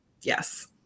yes